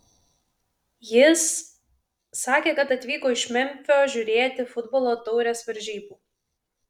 jis sakė kad atvyko iš memfio žiūrėti futbolo taurės varžybų